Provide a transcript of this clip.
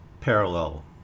parallel